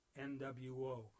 NWO